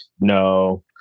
No